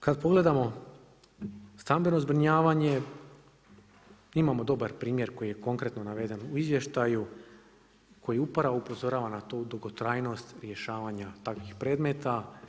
Kad pogledamo stambeno zbrinjavanje imamo dobar primjer koji je konkretno naveden u izvještaju, koji upravo upozorava na tu dugotrajnost rješavanja takvih predmeta.